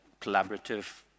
collaborative